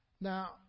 Now